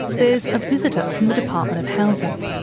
there's a visitor from the department of housing.